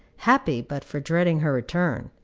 happy but for dreading her return.